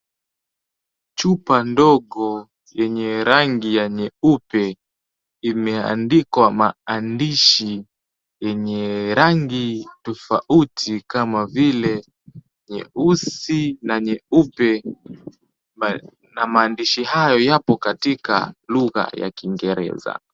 Chupa ndogo yenye rangi ya nyeupe, imeandikwa maandishi yenye rangi tofauti kama vile nyeusi na nyeupe na maandishi hayo yapo katika lugha ya Kiingereza.